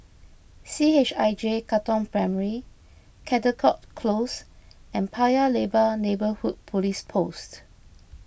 C H I J Katong Primary Caldecott Close and Paya Lebar Neighbourhood Police Post